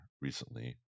recently